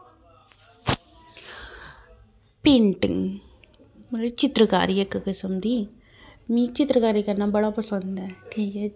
painting मतलब चित्तरकारी इक किस्म दी मी चित्तरकारी करना बड़ा पसंद ऐ ठीक ऐ